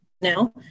now